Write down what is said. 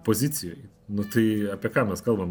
pozicijoj nu tai apie ką mes kalbam